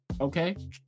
okay